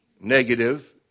negative